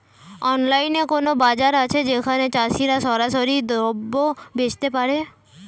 অনলাইনে কোনো বাজার আছে যেখানে চাষিরা সরাসরি দ্রব্য বেচতে পারে?